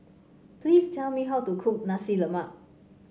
please tell me how to cook Nasi Lemak